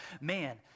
man